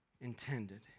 intended